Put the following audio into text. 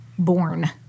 born